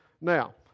Now